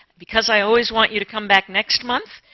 because i always want you to come back next month,